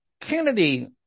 Kennedy